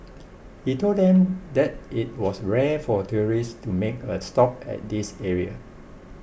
he told them that it was rare for tourists to make a stop at this area